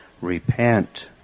Repent